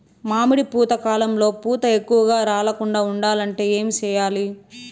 మామిడి పూత కాలంలో పూత ఎక్కువగా రాలకుండా ఉండాలంటే ఏమి చెయ్యాలి?